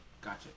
gotcha